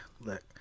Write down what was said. look